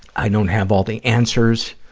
i don't have all the answers.